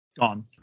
gone